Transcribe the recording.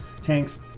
tanks